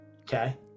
Okay